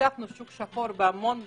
בהמון דברים,